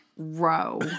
row